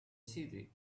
city